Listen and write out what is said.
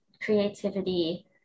creativity